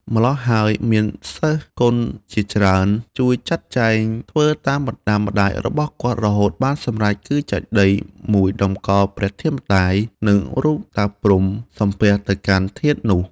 ម្ល៉ោះហើយ មានសិស្សគណជាច្រើន ជួយចាត់ចែងធ្វើតាមបណ្ដាំម្តាយរបស់គាត់ រហូតបានសម្រេច គឺចេតិយមួយតម្កល់ធាតុម្តាយ និងរូបតាព្រហ្មសំពះទៅកាន់ធាតុនោះ។